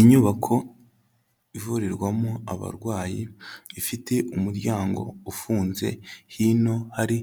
Inyubako ivurirwamo abarwayi, ifite umuryango ufunze, hino hari